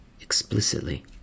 explicitly